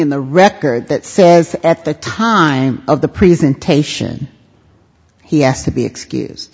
in the record that says at the time of the presentation he asked to be excuse